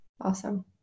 Awesome